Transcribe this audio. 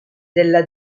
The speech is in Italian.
della